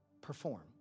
Perform